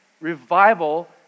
revival